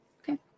Okay